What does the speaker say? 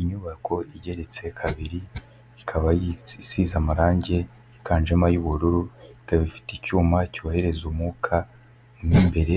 Inyubako igeretse kabiri ikaba isize amarangi higanjema y'ubururu, ikaba ifite icyuma cyohereza umwuka mo imbere,